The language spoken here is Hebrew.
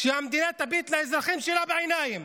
שהמדינה תביט לאזרחים שלה בעיניים